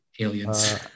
aliens